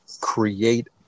create